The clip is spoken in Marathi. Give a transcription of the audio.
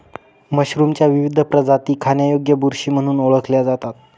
मशरूमच्या विविध प्रजाती खाण्यायोग्य बुरशी म्हणून ओळखल्या जातात